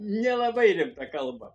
nelabai rimta kalba